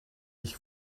ich